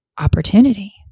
opportunity